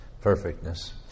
Perfectness